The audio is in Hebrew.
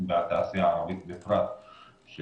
ובתעשייה הערבית בפרט.